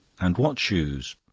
and what shoes?